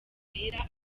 wera